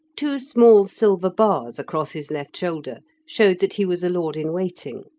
two small silver bars across his left shoulder showed that he was a lord-in-waiting.